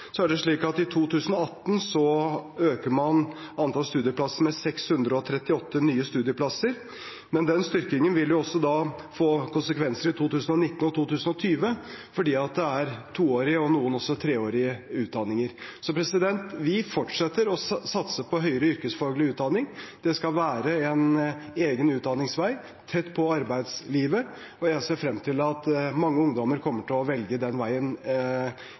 I 2018 øker man antall studieplasser med 638 nye, men den styrkingen vil da også få konsekvenser i 2019 og i 2020, fordi det er toårige og også noen treårige utdanninger. Så vi fortsetter å satse på høyere yrkesfaglig utdanning. Det skal være en egen utdanningsvei tett på arbeidslivet, og jeg ser frem til at mange ungdommer kommer til å velge den veien